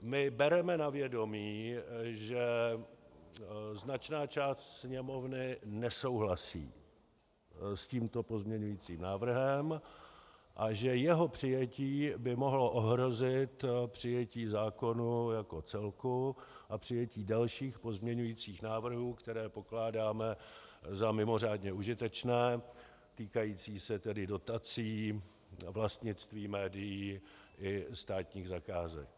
My bereme na vědomí, že značná část Sněmovny nesouhlasí s tímto pozměňovacím návrhem a že jeho přijetí by mohlo ohrozit přijetí zákona jako celku a přijetí dalších pozměňovacích návrhů, které pokládáme za mimořádně užitečné, týkajících se tedy dotací, vlastnictví médií i státních zakázek.